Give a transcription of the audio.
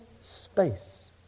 space